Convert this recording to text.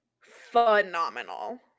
phenomenal